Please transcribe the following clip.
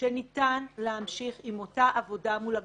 שניתן להמשיך עם אותה עבודה מול הגופים,